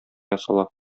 ясала